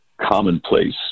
commonplace